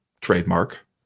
trademark